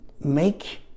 Make